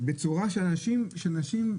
בצורה שיבלוט לאנשים,